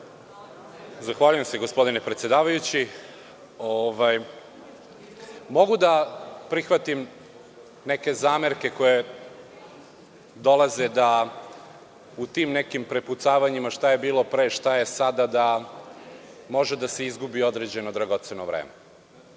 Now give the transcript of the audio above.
Zahvaljujem se, gospodine predsedavajući. Mogu da prihvatim neke zamerke koje dolaze da u tim nekim prepucavanjima šta je bilo pre, a šta je sada, da može da se izgubi određeno dragoceno vreme,